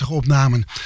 opnamen